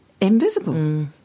invisible